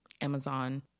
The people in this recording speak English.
Amazon